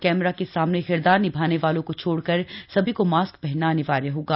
camera के सामने किरदार निभाने वालों को छोड़कर सभी को मास्क पहनना अनिवार्य होगा